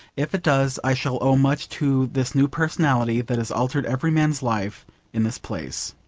if it does i shall owe much to this new personality that has altered every man's life in this place.